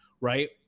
right